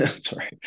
Sorry